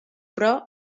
però